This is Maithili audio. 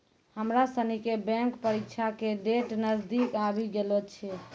हमरा सनी के बैंक परीक्षा के डेट नजदीक आवी गेलो छै